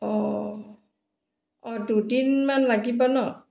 অঁ অঁ দুদিনমান লাগিব ন